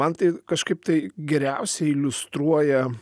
man tai kažkaip tai geriausiai iliustruoja